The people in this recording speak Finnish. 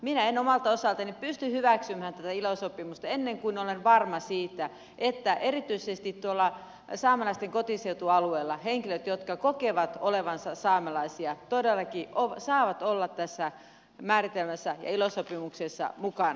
minä en omalta osaltani pysty hyväksymään tätä ilo sopimusta ennen kuin olen varma siitä että erityisesti tuolla saamelaisten kotiseutualueella henkilöt jotka kokevat olevansa saamelaisia todellakin saavat olla tässä määritelmässä ja ilo sopimuksessa mukana